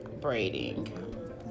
Braiding